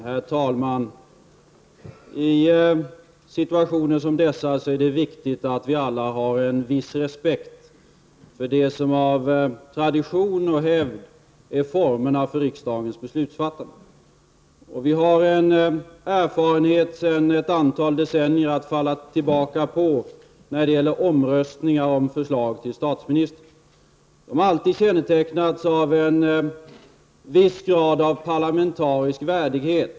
Herr talman! I situationer som denna är det viktigt att vi alla har viss respekt för det som av tradition och hävd utgör formerna för riksdagens beslutsfattande. Vi har en erfarenhet som sträcker sig ett antal decennier tillbaka att falla tillbaka på när det gäller omröstningar om förslag till statsminister. Dessa har alltid kännetecknats av en viss grad av parlamentarisk värdighet.